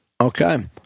Okay